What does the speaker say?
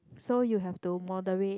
so you have to moderate